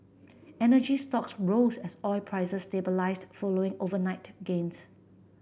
energy stocks rose as oil prices stabilised following overnight gains